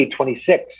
26